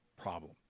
problem